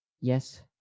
yes